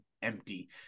Empty